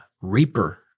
reaper